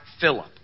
Philip